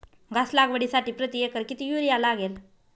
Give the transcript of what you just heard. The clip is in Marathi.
घास लागवडीसाठी प्रति एकर किती युरिया लागेल?